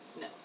No